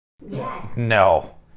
No